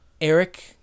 Eric